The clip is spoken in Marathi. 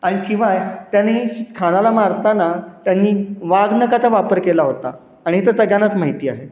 आणि शिवाय त्यांनी श खानाला मारताना त्यांनी वाघनखाचा वापर केला होता आणि हे तर सगळ्यांनाच माहिती आहे